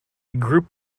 group